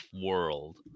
world